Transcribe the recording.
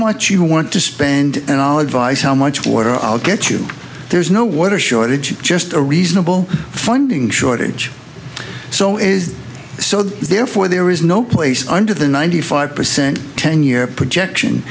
much you want to spend and all advice how much water i'll get you there's no water shortage just a reasonable funding shortage so is so therefore there is no place under the ninety five percent ten year projection